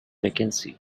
vacancy